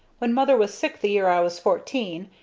when mother was sick the year i was fourteen,